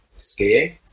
skiing